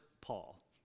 Paul